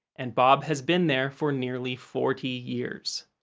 and bob has been there for nearly forty years.